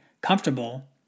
comfortable